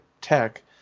tech